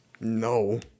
No